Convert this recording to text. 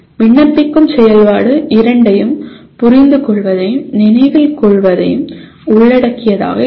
விண்ணப்பிக்கும் செயல்பாடு இரண்டையும் புரிந்துகொள்வதையும் நினைவில் கொள்வதையும் உள்ளடக்கியதாக இருக்கும்